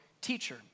teacher